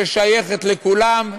ששייכת לכולם,